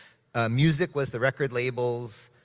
ah music with the record labels,